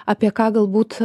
apie ką galbūt